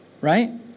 Right